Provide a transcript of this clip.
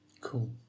Cool